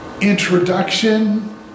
introduction